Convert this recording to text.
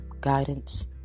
guidance